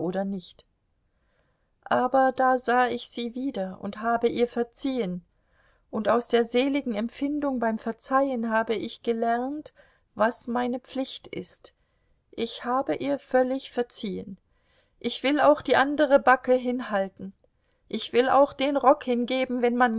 oder nicht aber da sah ich sie wieder und habe ihr verziehen und aus der seligen empfindung beim verzeihen habe ich gelernt was meine pflicht ist ich habe ihr völlig verziehen ich will auch die andere backe hinhalten ich will auch den rock hingeben wenn man